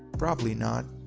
probably not.